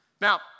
Now